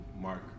mark